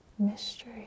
Mystery